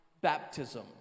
baptism